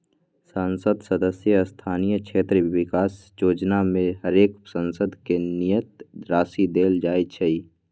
संसद सदस्य स्थानीय क्षेत्र विकास जोजना में हरेक सांसद के नियत राशि देल जाइ छइ